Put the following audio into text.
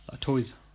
toys